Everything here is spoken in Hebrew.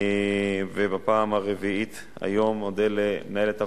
ובפעם הרביעית היום אודה למנהלת הוועדה,